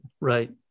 right